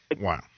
Wow